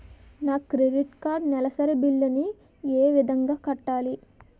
నా credit card నెలసరి bill ని ఏ విధంగా కట్టాలి?